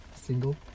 single